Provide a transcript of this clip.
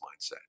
mindset